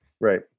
Right